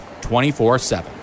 24-7